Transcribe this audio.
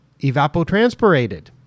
evapotranspirated